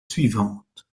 suivantes